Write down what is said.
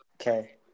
Okay